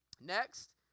Next